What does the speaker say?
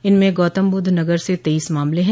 इनमें गौतमबुद्ध नगर से तेईस मामले हैं